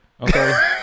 Okay